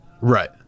Right